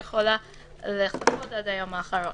היא יכולה לחכות עד היום האחרון.